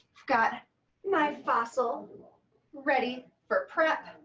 got my fossil ready for prep.